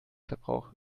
verbrauch